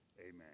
amen